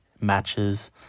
matches